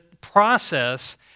process